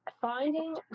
Finding